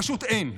פשוט אין.